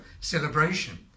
celebration